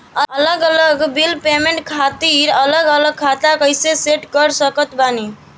अलग अलग bill payment खातिर अलग अलग खाता कइसे सेट कर सकत बानी?